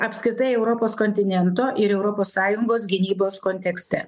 apskritai europos kontinento ir europos sąjungos gynybos kontekste